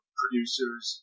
producers